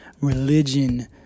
Religion